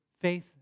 faith